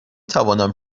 توانم